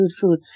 food